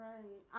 Right